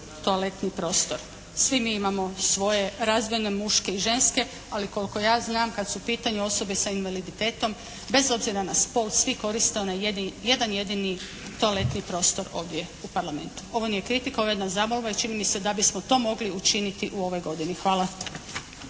toaletni prostor. Svi mi imamo svoje razdvojene muške i ženske, ali koliko ja znam kad su u pitanju osobe s invaliditetom bez obzira na spol svi koriste onaj jedan jedini toaletni prostor ovdje u Parlamentu. Ovo nije kritika. Ovo je jedna zamolba, jer čini mi se da bismo to mogli učiniti u ovoj godini.